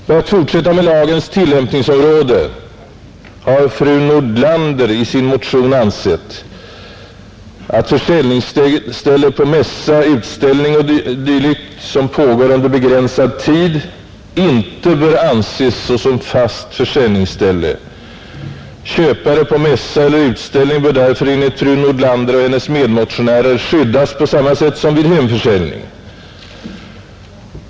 För att fortsätta med lagens tillämpningsområde vill jag erinra om att fru Nordlander i sin motion ansett att försäljningsställe på mässa, utställning o. d., som pågår under begränsad tid, inte bör anses såsom fast försäljningsställe, Köpare på mässa eller utställning bör därför enligt fru Nordlander och hennes medmotionärer skyddas på samma sätt som vid hemförsäljning.